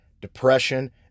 depression